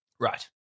right